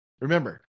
Remember